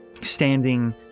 standing